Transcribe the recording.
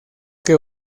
que